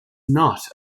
not